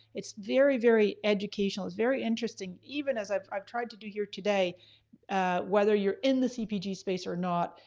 it's very, very educational. it's very interesting even as i've i've tried to do here today whether you're in the cpg space or not,